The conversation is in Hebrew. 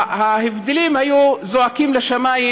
ההבדלים היו זועקים לשמיים.